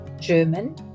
German